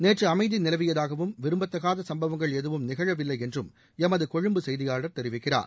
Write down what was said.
நேற்று அமைதி நிலவியதாகவும் விரும்பத்தகாத சம்பவங்கள் எதுவும் நிகழவில்லை என்றும் எமது கொழும்பு செய்தியாளர் தெரிவிக்கிறார்